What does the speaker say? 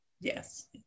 Yes